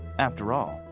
after all,